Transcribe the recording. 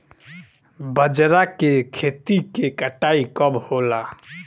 बजरा के खेती के कटाई कब होला?